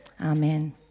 Amen